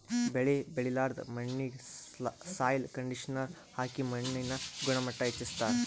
ಬೆಳಿ ಬೆಳಿಲಾರ್ದ್ ಮಣ್ಣಿಗ್ ಸಾಯ್ಲ್ ಕಂಡಿಷನರ್ ಹಾಕಿ ಮಣ್ಣಿನ್ ಗುಣಮಟ್ಟ್ ಹೆಚಸ್ಸ್ತಾರ್